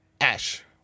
Ash